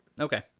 Okay